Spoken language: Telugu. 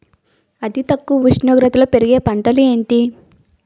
అతి తక్కువ ఉష్ణోగ్రతలో పెరిగే పంటలు ఏంటి?